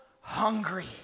hungry